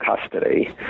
custody